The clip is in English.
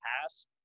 past